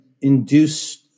induced